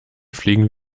fliegen